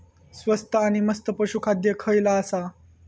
स्वस्त आणि मस्त पशू खाद्य खयला आसा?